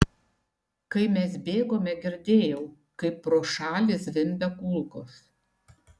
kai mes bėgome girdėjau kaip pro šalį zvimbia kulkos